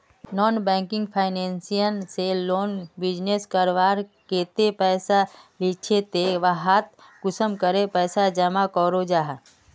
Non banking financial से लोग business करवार केते पैसा लिझे ते वहात कुंसम करे पैसा जमा करो जाहा?